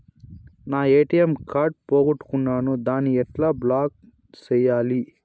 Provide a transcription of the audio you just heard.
నా ATM card పోగొట్టుకున్నాను, దాన్ని ఎట్లా బ్లాక్ సేయాలి?